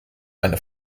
eine